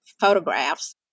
photographs